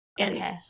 Okay